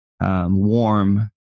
Warm